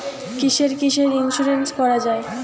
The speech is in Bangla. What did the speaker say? কিসের কিসের ইন্সুরেন্স করা যায়?